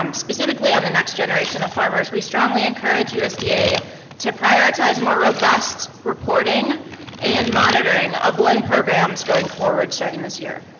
um specifically on the next generation of farmers, we strongly encourage usda to prioritize more robust reporting and monitoring of loan programs going forward starting this year.